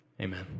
Amen